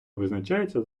визначаються